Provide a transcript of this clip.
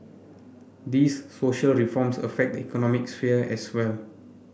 these social reforms affect the economic sphere as well